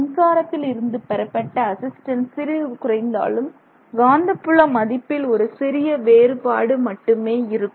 மின்சாரத்தில் இருந்து பெறப்பட்ட அசிஸ்டன்ஸ் சிறிது குறைந்தாலும் காந்தப்புல மதிப்பில் ஒரு சிறிய வேறுபாடு மட்டுமே இருக்கும்